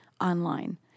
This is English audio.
online